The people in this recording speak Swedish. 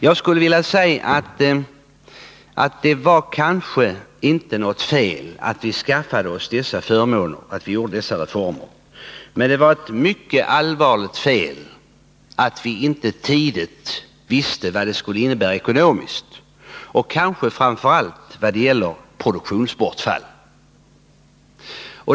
Jag skulle vilja säga att det kanske inte var något fel att vi skaffade oss dessa förmåner, men det var ett mycket allvarligt fel att vi inte tidigt visste vad det skulle innebära ekonomiskt och kanske framför allt när det gäller produktionsbortfall.